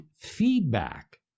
feedback